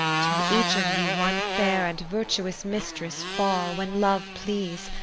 to each of you one fair and virtuous mistress fall, when love please.